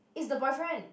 it's the boyfriend